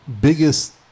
biggest